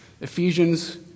Ephesians